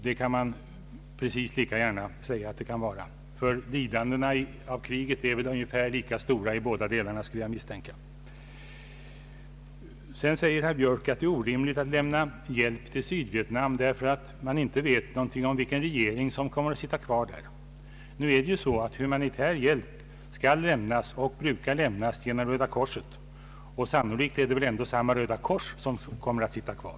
Det kan man lika gärna säga, eftersom lidandena p.g.a. kriget väl är lika stora i båda delarna. Herr Björk förklarar sedan att det är orimligt att lämna hjälp till Sydvietnam därför att man inte vet vilken regering som kommer att sitta kvar där. Nu är det så att humanitär hjälp skall lämnas och brukar lämnas genom Röda korset; och sannolikt är det väl ändock samma Röda kors som kommer att sitta kvar.